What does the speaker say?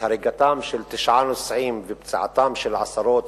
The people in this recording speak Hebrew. בהריגתם של תשעה נוסעים ופציעתם של עשרות,